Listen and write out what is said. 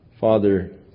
Father